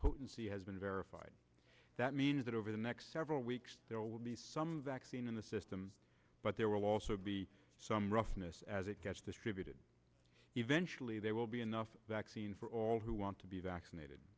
potency has been verified that means that over the next several weeks there will be some vaccine in the system but there will also be some roughness as it gets distributed eventually there will be enough vaccine for all who want to be vaccinated